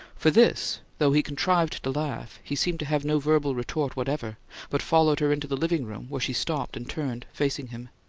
for this, though he contrived to laugh, he seemed to have no verbal retort whatever but followed her into the living-room, where she stopped and turned, facing him.